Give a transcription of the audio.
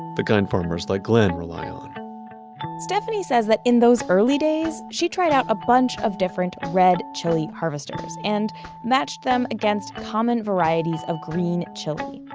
the kind farmers like glen rely on stephanie says that, in those early days, she tried out a bunch of different red chili harvesters, and matched them against common varieties of green chili,